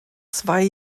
zwei